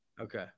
Okay